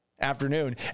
afternoon